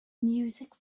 music